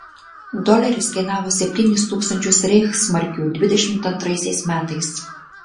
doleris kainavo septynis tūkstančius reichsmarkių dvidešimt antraisiais metais